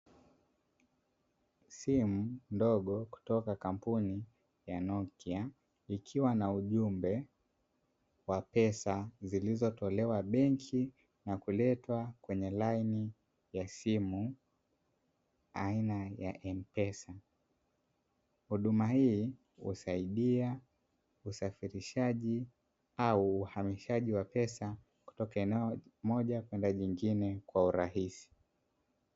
Simu ndogo kutoka kampuni ya nokia, ikiwa na ujumbe wa pesa zilizotolewa benki kuletwa kwene laini ya simu aina ya (M PESA). Huduma hii husaidia usafirishaji au uhamishaji wa pesa kutoka eneo moja kwenda kwa urahisi.